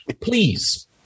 please